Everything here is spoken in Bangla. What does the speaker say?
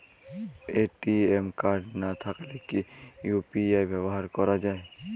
এ.টি.এম কার্ড না থাকলে কি ইউ.পি.আই ব্যবহার করা য়ায়?